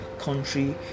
country